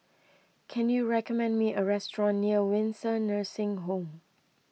can you recommend me a restaurant near Windsor Nursing Home